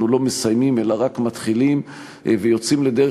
לא מסיימים אלא רק מתחילים ויוצאים לדרך,